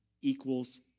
equals